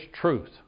truth